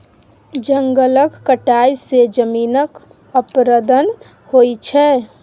जंगलक कटाई सँ जमीनक अपरदन होइ छै